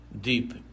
deep